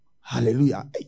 Hallelujah